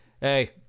hey